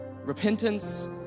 repentance